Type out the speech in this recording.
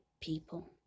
people